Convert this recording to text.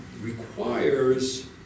requires